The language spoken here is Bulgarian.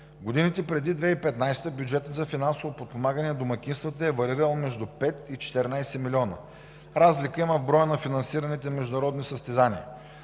годините преди 2015 г. бюджетът за финансово подпомагане на домакинствата е варирал между и 5 и 14 милиона – разлика има в броя на финансираните международни състезания.